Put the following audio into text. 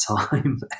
time